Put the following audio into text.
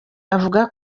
avuga